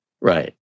Right